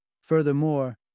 Furthermore